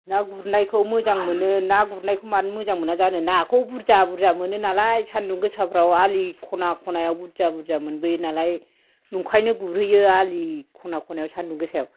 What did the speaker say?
ना गुरनायखौ मोजां मोनो ना गुरनायखौ मानो मोजां मोना जानो नाखौ बुरजा बुरजा मोनो नालाय सान्दुं गोसाफ्राव आलि खना खनायाव बुरजा बुरजा मोनबोयो नालाय ओंखायनो गुरहैयो आलि खना खनायाव सान्दुं गोसायाव